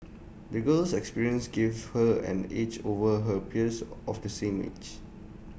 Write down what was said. the girl's experiences gave her an edge over her peers of the same age